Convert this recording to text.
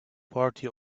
party